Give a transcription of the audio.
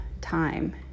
time